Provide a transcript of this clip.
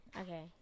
Okay